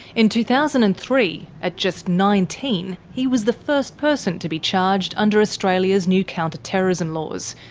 in two thousand and three, at just nineteen he was the first person to be charged under australia's new counter-terrorism laws,